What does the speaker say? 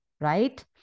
right